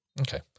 Okay